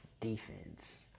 Defense